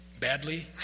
badly